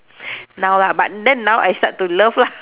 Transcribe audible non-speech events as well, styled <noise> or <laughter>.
<breath> now lah but then now I start to love lah